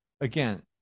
again